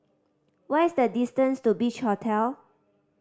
what is the distance to Beach Hotel